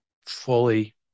fully